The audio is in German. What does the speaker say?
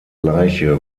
leiche